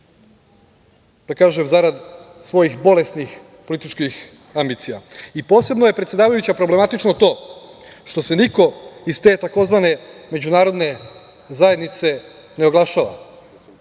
da kažem, zarad svojih bolesnih političkih ambicija. Posebno je predsedavajuća problematično to što se niko iz te tzv. međunarodne zajednice ne oglašava.